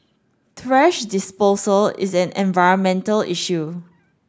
thrash disposal is an environmental issue